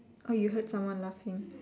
orh you heard someone laughing